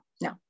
no